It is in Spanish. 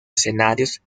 escenarios